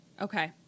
Okay